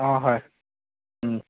অঁ হয়